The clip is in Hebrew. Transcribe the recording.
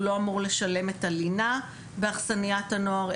הוא לא אמור לשלם את הלינה באכסניית הנוער,